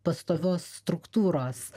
pastovios struktūros